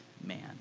man